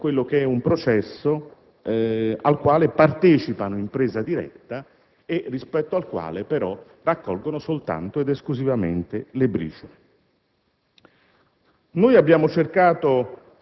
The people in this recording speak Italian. ormai semplici *sparring partner* di un processo al quale partecipano in presa diretta e rispetto al quale raccolgono però quasi ed esclusivamente le briciole.